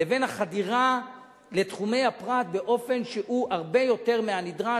לבין החדירה לתחומי הפרט באופן שהוא הרבה יותר מהנדרש,